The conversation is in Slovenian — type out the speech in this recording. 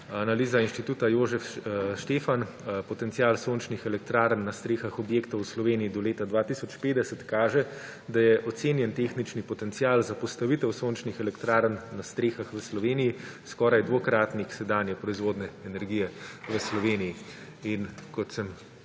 analiza Inštituta Jožef Štefan potencial sončnih elektrarn na strehah objektov v Sloveniji do leta 2050 kaže, da je ocenjen tehnični potencial za postavitev sončnih elektrarn na strehah v Sloveniji skoraj dvakratnik sedanje proizvodnje energije v Sloveniji.